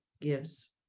gives